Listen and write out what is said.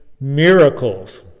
miracles